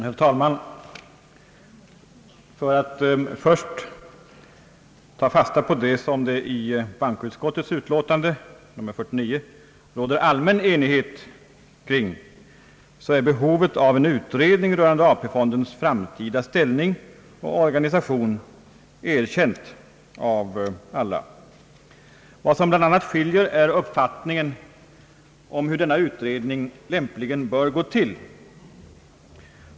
Herr talman! Låt mig först ta fasta på vad som i bankoutskottets utlåtande nr 49 råder allmän enighet om, nämligen att behovet av en utredning rörande AP-fondens framtida ställning och organisation är erkänt av alla. Vad som bl.a. skiljer är uppfattningen om hur denna utredning lämpligen bör gå till.